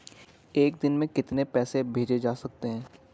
एक दिन में कितने पैसे भेजे जा सकते हैं?